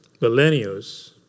Millennials